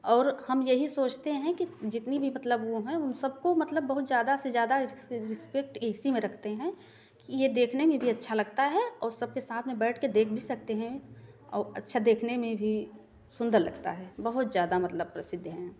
और हम यही सोचते हैं कि जितनी भी मतलब वह हैं उन सबको मतलब बहुत ज़्यादा से ज़्यादा रिस्पेक्ट एसी में रखते हैं कि यह देखने में भी अच्छा लगता है औ सबके साथ में बैठ कर देख भी सकते हैं और अच्छा देखने में भी सुन्दर लगता है बहुत ज़्यादा मतलब प्रसिद्ध है